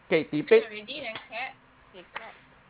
okay debates